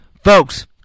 Folks